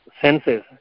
senses